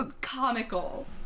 comical